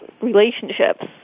relationships